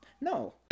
No